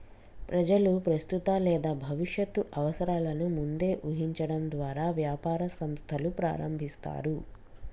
ప్రజలు ప్రస్తుత లేదా భవిష్యత్తు అవసరాలను ముందే ఊహించడం ద్వారా వ్యాపార సంస్థలు ప్రారంభిస్తారు